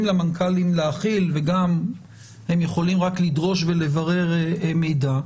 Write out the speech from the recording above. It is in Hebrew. למנכ"לים להחיל והם יכולים רק לדרוש ולברר מידע.